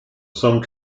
some